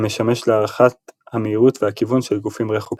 המשמש להערכת המהירות והכיוון של גופים רחוקים.